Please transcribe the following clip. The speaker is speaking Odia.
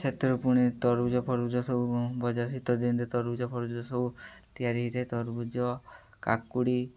ସେଥିରୁ ପୁଣି ତରଭୁଜ ଫର୍ଭୁଜ ସବୁ ବଜାର ଶୀତ ଦିନରେ ତରଭୁଜ ଫର୍ଭୁଜ ସବୁ ତିଆରି ହେଇଥାଏ ତରଭୁଜ କାକୁଡ଼ି